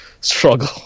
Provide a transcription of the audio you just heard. struggle